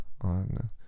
on